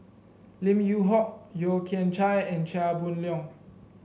Lim Yew Hock Yeo Kian Chai and Chia Boon Leong